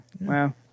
Wow